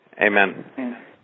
Amen